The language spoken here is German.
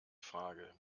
frage